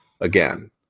again